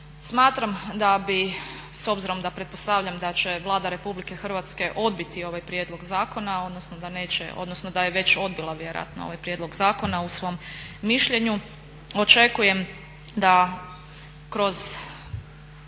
Smatram da bi s obzirom da pretpostavljam da će Vlada Republike Hrvatske odbiti ovaj prijedlog zakona, odnosno da je već odbila vjerojatno ovaj prijedlog zakona u svom mišljenju. Očekujem da kroz